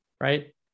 right